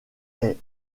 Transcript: est